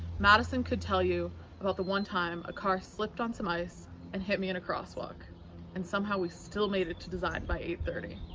madison could tell you about the one time a car slipped on some ice and hit me in a crosswalk and somehow we still made it to design by eight thirty.